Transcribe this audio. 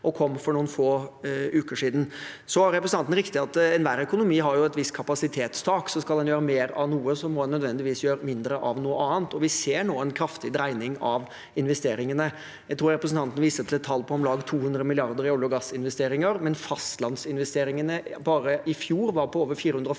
som kom for noen få uker siden, er enda bedre. Representanten har rett i at enhver økonomi har et visst kapasitetstak. Skal en ha mer av noe, må en nødvendigvis gjøre mindre av noe annet, og vi ser nå en kraftig dreining av investeringene. Jeg tror representanten viste til et tall på om lag 200 mrd. kr i olje- og gassinvesteringer, men fastlandsinvesteringene bare i fjor var på over 450